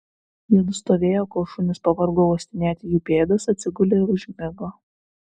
jiedu stovėjo kol šunys pavargo uostinėti jų pėdas atsigulė ir užmigo